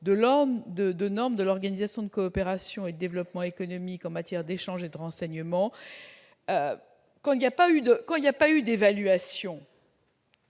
des normes de l'Organisation de coopération et de développement économiques en matière d'échanges et de renseignements. En l'absence d'évaluation,